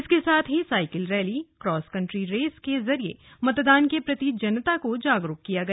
इसके सांथ ही cycle rally cross country race के जरिए मतदान के प्रति जनता को जागरूक किया गया